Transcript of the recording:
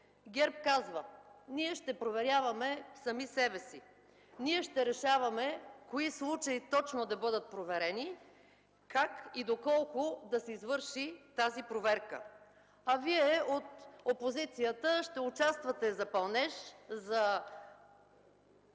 ГЕРБ казва: ние ще проверяваме сами себе си, ние ще решаваме кои случаи точно да бъдат проверени, как и доколко да се извърши тази проверка, а Вие от опозицията ще участвате за пълнеж, за